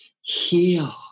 heal